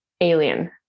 alien